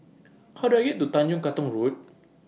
How Do I get to Tanjong Katong Road